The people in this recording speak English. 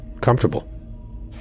comfortable